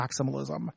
maximalism